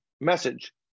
message